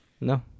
No